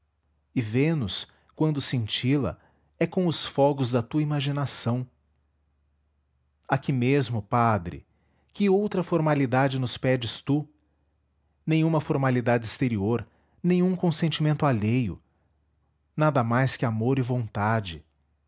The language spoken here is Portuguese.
e vênus quando cintila é com os fogos da tua imaginação aqui mesmo padre que outra formalidade nos pedes tu nenhuma formalidade exterior nenhum consentimento alheio nada mais que amor e vontade